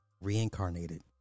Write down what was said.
reincarnated